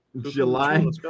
July